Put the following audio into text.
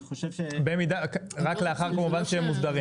במידה ורק לאחר כמובן שהם מוסדרים.